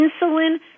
insulin